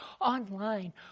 online